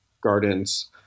gardens